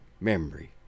memory